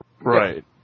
Right